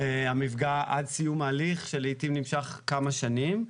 המפגע עד סיום ההליך שלעיתים נמשך כמה שנים,